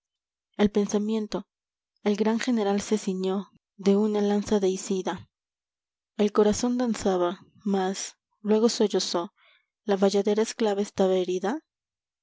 el pensamiento el gran general se ciñó de una lanza deicida el corazón danzaba más luego sollozó la bayadera esclava estaba herida